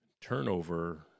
turnover